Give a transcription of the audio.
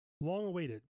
Long-awaited